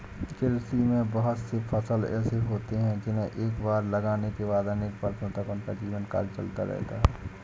कृषि में बहुत से फसल ऐसे होते हैं जिन्हें एक बार लगाने के बाद अनेक वर्षों तक उनका जीवनकाल चलता रहता है